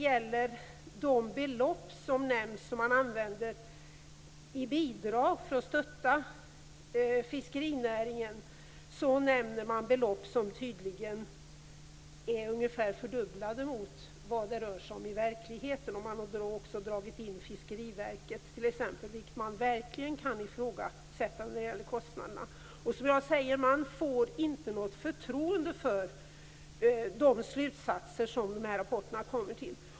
Men de belopp som nämns, som skulle vara bidrag för att stötta fiskerinäringen, är tydligen fördubblade mot vad det rör sig om i verkligheten. Man har också dragit in t.ex. Fiskeriverket på kostnadssidan, vilket verkligen kan ifrågasättas. Man får, som jag sade, inte något förtroende för de slutsatser som dragits i rapporten.